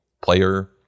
player